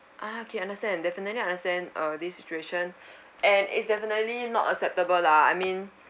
ah okay understand definitely understand uh this situation and it's definitely not acceptable lah I mean